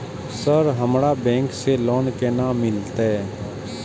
Sir हमरा bank से loan केना मिलते?